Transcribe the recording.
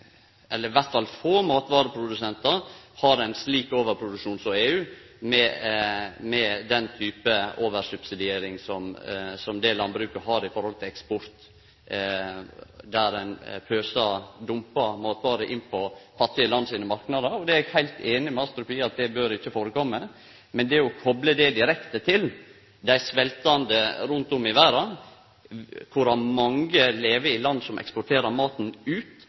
eller i alle fall få – matvareprodusentar har ein slik overproduksjon som EU med den typen oversubsidiering som landbruket har i forhold til eksport, der ein dumpar matvarer inn på fattige land sine marknader. Eg er heilt einig med Astrup i at det ikkje bør førekomme, men å kople det direkte til dei sveltande rundt om i verda, der mange lever i land som eksporterer maten ut